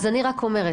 אז אני רק אומרת,